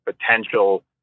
potential